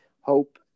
Hope